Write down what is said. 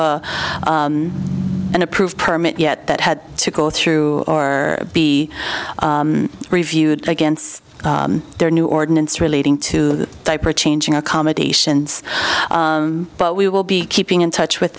a an approved permit yet that had to go through or be reviewed against their new ordinance relating to the diaper changing accommodations but we will be keeping in touch with